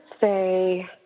say